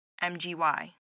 MGY